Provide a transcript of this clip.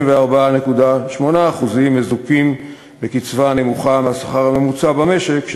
וכ-54.8% מזוכים בקצבה הנמוכה מהשכר הממוצע במשק,